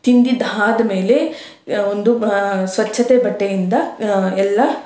ತಿಂದಿದ್ಧಾದ ಮೇಲೆ ಒಂದು ಸ್ವಚ್ಛತೆ ಬಟ್ಟೆಯಿಂದ ಎಲ್ಲ